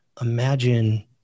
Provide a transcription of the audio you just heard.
Imagine